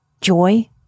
joy